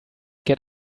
get